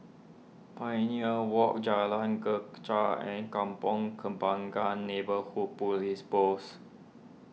Pioneer Walk Jalan Greja and Kampong Kembangan Neighbourhood Police Post